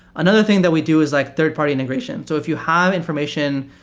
another thing that we do is like third-party integration. so if you have information,